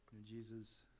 Jesus